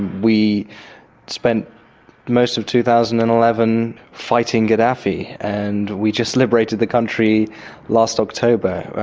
we spent most of two thousand and eleven fighting gaddafi and we just liberated the country last october.